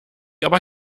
aber